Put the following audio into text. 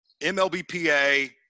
MLBPA